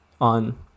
on